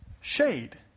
Shade